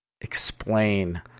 explain